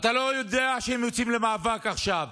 אתה לא יודע שהם יוצאים למאבק עכשיו.